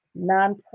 Nonprofit